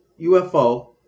UFO